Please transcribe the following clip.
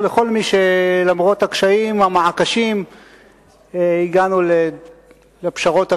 למרות הקשיים והמעקשים הגענו לפשרות הראויות,